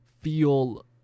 feel